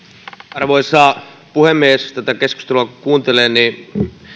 arvoisa puhemies tätä keskustelua kun kuuntelee niin